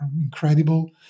incredible